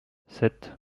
sept